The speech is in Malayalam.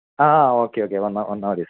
ആഹാ ഓക്കെ ഓക്കെ വന്നാൽ വന്നാൽ മതി